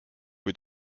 kui